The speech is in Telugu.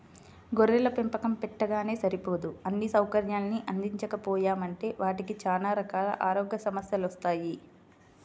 గొర్రెల పెంపకం పెట్టగానే సరిపోదు అన్నీ సౌకర్యాల్ని అందించకపోయామంటే వాటికి చానా రకాల ఆరోగ్య సమస్యెలొత్తయ్